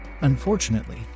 Unfortunately